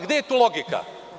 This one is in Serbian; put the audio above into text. Gde je tu logika?